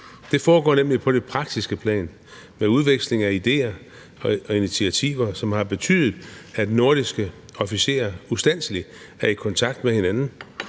Det foregår nemlig på det praktiske plan med udveksling af idéer og initiativer, hvilket har betydet, at nordiske officerer ustandselig er i kontakt med hinanden,